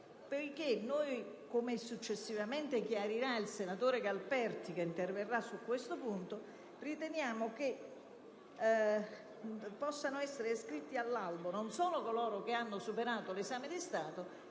perché noi, come successivamente chiarirà il senatore Galperti che interverrà su questo punto, riteniamo che possano essere iscritti all'albo non solo coloro che hanno superato l'esame di Stato,